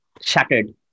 shattered